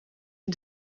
een